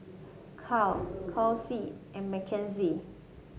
Cal Chauncey and Makenzie